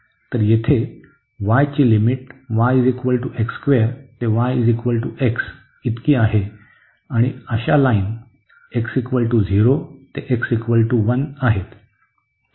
तर येथे y ची लिमिट y ते y x इतकी आहे आणि अशा लाईन x 0 ते x 1 आहेत